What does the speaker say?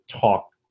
talk